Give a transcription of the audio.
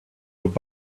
would